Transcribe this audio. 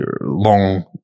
long